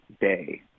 day